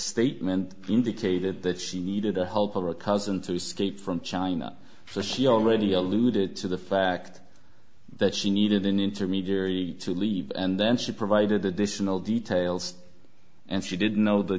statement indicated that she needed the help of a cousin to escape from china for she already alluded to the fact that she needed an intermediary to leave and then she provided additional details and she didn't know the